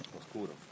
oscuro